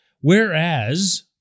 Whereas